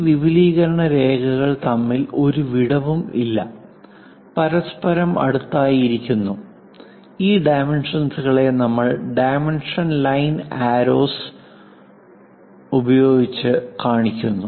ഈ വിപുലീകരണ രേഖകൾ തമ്മിൽ ഒരു വിടവും ഇല്ല പരസ്പരം അടുത്തായി ഇരിക്കുന്നു ഈ ഡൈമെൻഷൻസുകളെ നമ്മൾ ഡൈമെൻഷൻ ലൈൻ ആരോസ് ഉപയോഗിച്ച് കാണിക്കുന്നു